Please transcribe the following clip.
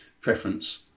preference